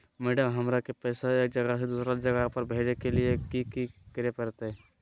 Madam, हमरा के पैसा एक जगह से दुसर जगह भेजे के लिए की की करे परते?